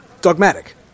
dogmatic